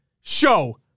Show